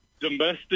Domestic